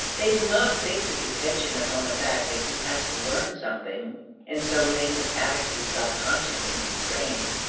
they do not fix his attention upon the fact that he has to learn something and so make his attitude self-conscious and constrained.